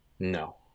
no